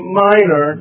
minor